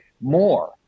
more